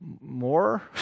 more